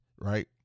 right